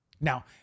Now